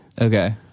Okay